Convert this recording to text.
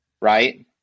Right